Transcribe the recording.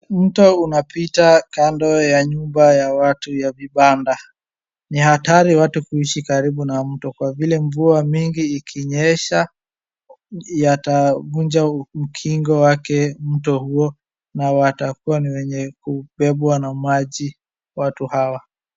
Mto unapita kando ya nyumba ya watu ya vibanda. Ni hatari kuishi karibu na mto kwa vile mvua mingi ikinyesha yatavunja ukingo wake mto huo na watakuwa ni wenye kubebwa na maji watu hawa.